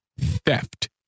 theft